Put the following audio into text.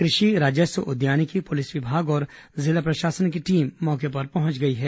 कृषि राजस्व उद्यानिकी पुलिस विभाग और जिला प्रशासन की टीम मौके पर पहुंच गई है